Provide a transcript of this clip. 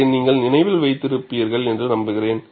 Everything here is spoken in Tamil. இதை நீங்கள் நினைவில் வைத்திருப்பீர்கள் என்று நம்புகிறேன்